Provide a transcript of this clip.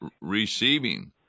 receiving